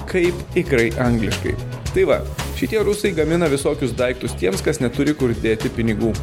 kaip tikrai angliškai tai va šitie rusai gamina visokius daiktus tiems kas neturi kur dėti pinigų